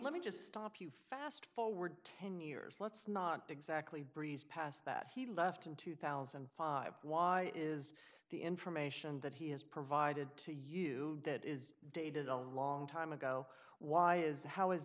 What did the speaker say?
let me just stop you fast forward ten years let's not exactly breeze past that he left in two thousand and five why is the information that he has provided to you that is dated a long time ago why is how is